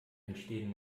entstehen